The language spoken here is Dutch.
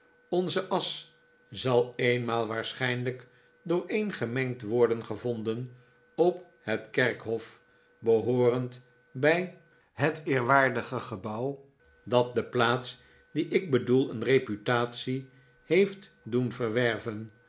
onze asch zal eenmaal waarschijnlijk dooreengemengd worden gevonden op het kerkhof behoorend bij het eerwaardige gebouw dat de plaats die ik bedoel een reputatie heeft doen verwerven